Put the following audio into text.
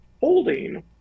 holding